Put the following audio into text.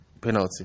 Penalty